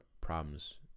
problems